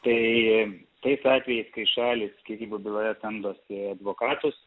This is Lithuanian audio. tai tais atvejais kai šalys skyrybų byloje samdosi advokatus